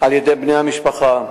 על-ידי בני המשפחה.